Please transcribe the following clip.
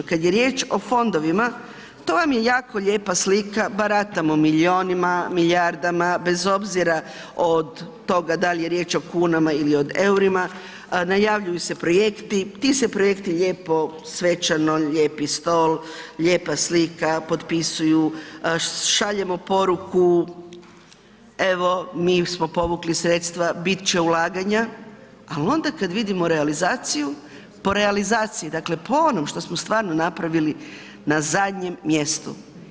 Kada je riječ o fondovima, to vam je jako lijepa slika, baratamo milijunima, milijardama, bez obzira od toga da li je riječ o kunama ili o eurima, najavljuju se projekti, ti se projekti lijepo svečano, lijepi stol, lijepa slika potpisuju, šaljemo poruku evo mi smo povukli sredstva biti će ulaganja, ali onda kad vidimo realizaciju, po realizaciji, dakle po onom što smo stvarno napravili na zadnjem mjestu.